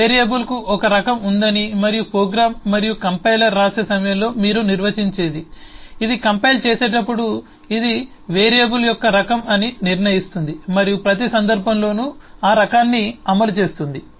కాబట్టి వేరియబుల్కు ఒక రకం ఉందని మరియు ప్రోగ్రామ్ మరియు కంపైలర్ రాసే సమయంలో మీరు నిర్వచించేది ఇది కంపైల్ చేసేటప్పుడు ఇది ఆ వేరియబుల్ యొక్క రకం అని నిర్ణయిస్తుంది మరియు ప్రతి సందర్భంలోనూ ఆ రకాన్ని అమలు చేస్తుంది